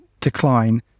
decline